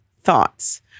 thoughts